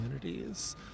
communities